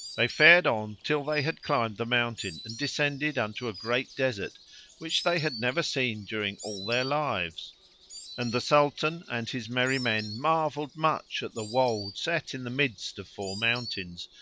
they fared on till they had climbed the mountain and descended unto a great desert which they had never seen during all their lives and the sultan and his merry men marvelled much at the wold set in the midst of four mountains,